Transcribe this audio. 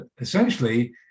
essentially